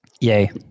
Yay